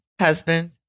Husband